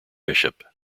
bishop